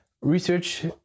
Research